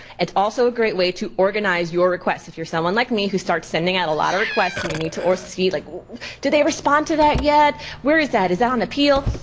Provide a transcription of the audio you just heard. it's also a great way to organize your requests. if you're someone like me, who starts sending out a lot of requests and you need to see like did they respond to that yet? where is that? is that on appeal?